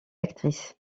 actrice